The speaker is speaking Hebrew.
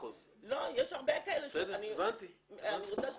יש הרבה כאלה ש- -- אני רוצה שתבין.